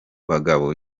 bagabo